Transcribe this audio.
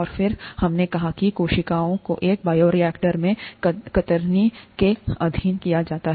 और फिर हमने कहा कि कोशिकाओं को एक बायोरिएक्टर में कतरनी के अधीन किया जाता है